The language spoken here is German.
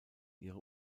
ihre